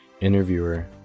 interviewer